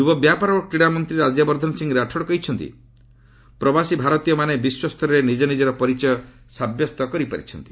ଯୁବବ୍ୟାପାର ଓ କ୍ରୀଡ଼ାମନ୍ତ୍ରୀ ରାଜ୍ୟବର୍ଦ୍ଧନ ସିଂ ରାଠୋର କହିଛନ୍ତି ପ୍ରବାସୀ ଭାରତୀୟମାନେ ବିଶ୍ୱସ୍ତରରେ ନିଜନିଜର ପରିଚୟ ସାବ୍ୟସ୍ତ କରିପାରିଛନ୍ତି